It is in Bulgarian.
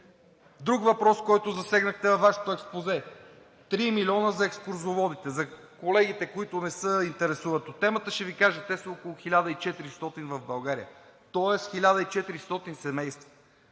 Друг въпрос, който засегнахте във Вашето експозе – 3 милиона за екскурзоводите. За колегите, които не се интересуват от темата, ще Ви кажа – те са около 1400 в България, тоест 1400 семейства.